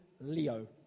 Leo